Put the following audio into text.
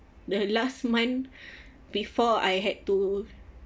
the last month before I had to